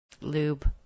lube